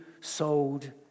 sold